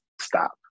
stop